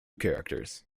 characters